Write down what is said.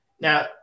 Now